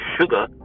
sugar